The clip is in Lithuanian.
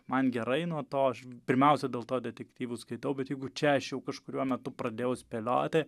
man gerai nuo to aš pirmiausia dėl to detektyvus skaitau bet jeigu čia aš jau kažkuriuo metu pradėjau spėlioti